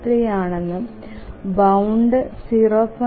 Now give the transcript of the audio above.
753 ആണെന്നും ബൌണ്ട് 0